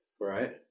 right